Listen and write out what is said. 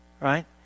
Right